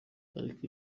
ariko